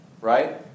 right